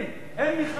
אין מכרזים, אין מכרזים.